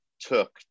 took